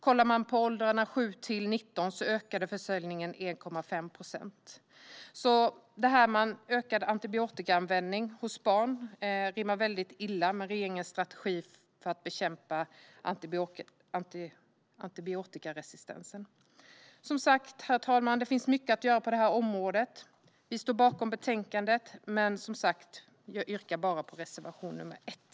I åldersgruppen 7-19 ökade försäljningen med 1,5 procent. Den ökade antibiotikaanvändningen hos barn rimmar illa med regeringens strategi för att bekämpa antibiotikaresistensen. Herr talman! Det finns mycket att göra på det här området. Vi står bakom betänkandet, men jag yrkar bifall bara till reservation nr 1.